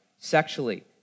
Sexually